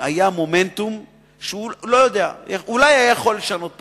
היה מומנטום שאולי היה יכול לשנות פה,